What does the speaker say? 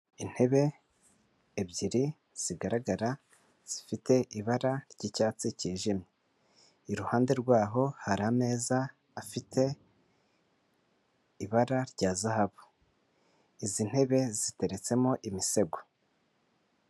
Intebe ebyiri zigaragara zifite ibara ry'icyatsi cyijimye, iruhande rwaho hari ameza afite ibara rya zahabu, izi ntebe ziteretsemo imisego.